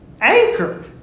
anchored